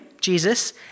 Jesus